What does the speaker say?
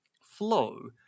flow